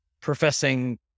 professing